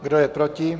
Kdo je proti?